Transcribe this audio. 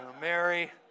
Mary